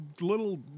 little